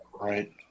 Right